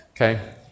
okay